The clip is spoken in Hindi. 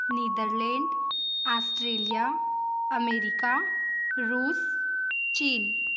नीदरलैंड आस्ट्रेलिया अमेरिका रूस चीन